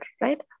right